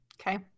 Okay